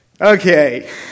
Okay